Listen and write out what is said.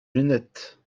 lunettes